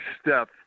step